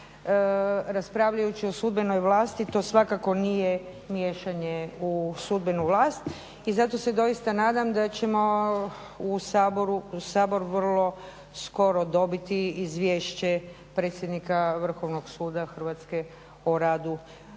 raspravljajući o sudbenoj vlasti to svakako nije miješanje u sudbenu vlast i zato se doista nadam da ćemo u Sabor vrlo skoro dobiti izvješće predsjednika Vrhovnog suda Hrvatske o radu